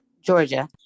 Georgia